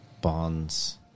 Bond's